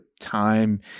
time